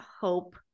hope